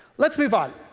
let's move on.